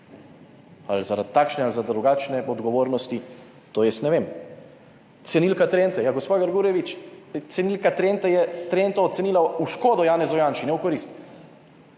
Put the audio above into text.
Ali zaradi takšne ali drugačne odgovornosti, to jaz ne vem. Cenilka Trente, ja, gospa Grgurevič, cenilka Trente je Trento ocenila v škodo Janezu Janši, ne v korist,